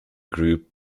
group